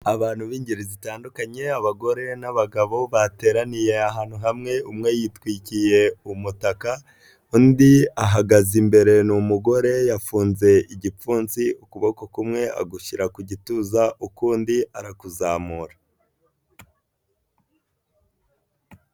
Abantu b'ingeri zitandukanye abagore n'abagabo bateraniye ahantu hamwe umwe yitwikiye umutaka, undi ahagaze imbere ni umugore yafunze igipfunsi ,ukuboko kumwe agushyira ku gituza ukundi arakuzamura.